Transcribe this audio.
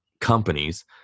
companies